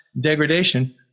degradation